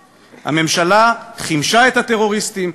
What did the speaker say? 4. הממשלה חימשה את הטרוריסטים,